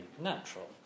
natural